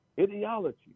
Ideology